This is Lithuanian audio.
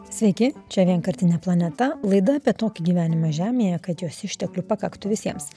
sveiki čia vienkartinė planeta laida apie tokį gyvenimą žemėje kad jos išteklių pakaktų visiems